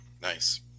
Nice